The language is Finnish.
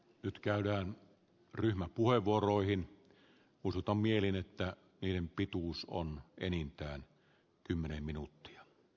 nyt käydään ryhmäpuheenvuoroihin usuttaa mieliin että jen pituus on enintään kymmenen minuuttia